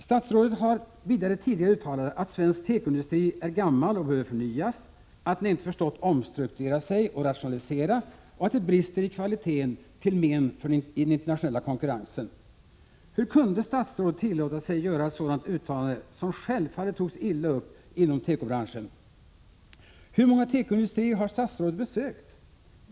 Statsrådet har vidare tidigare uttalat att svensk tekoindustri är gammal och behöver förnyas, att den inte förstått att omstrukturera sig och rationalisera och att det brister i kvaliteten till men i den internationella konkurrensen. Hur kunde statsrådet tillåta sig att göra ett sådant uttalande som självfallet togs illa upp inom tekobranschen? Hur många tekoindustrier har statsrådet besökt?